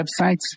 websites